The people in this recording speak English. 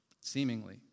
seemingly